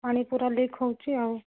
ପାଣି ପୂରା ଲିକ୍ ହେଉଛି ଆଉ